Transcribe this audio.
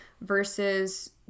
versus